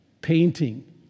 painting